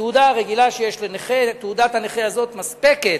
התעודה הרגילה שיש לנכה, תעודת הנכה הזאת מספקת.